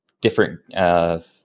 different